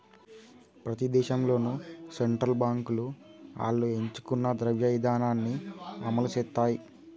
ప్రతి దేశంలోనూ సెంట్రల్ బాంకులు ఆళ్లు ఎంచుకున్న ద్రవ్య ఇదానాన్ని అమలుసేత్తాయి